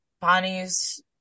Bonnie's